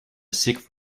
sick